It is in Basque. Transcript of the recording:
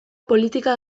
politika